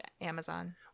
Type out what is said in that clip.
Amazon